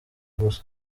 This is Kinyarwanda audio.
gusa